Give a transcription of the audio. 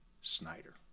Snyder